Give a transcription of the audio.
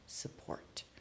support